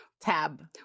Tab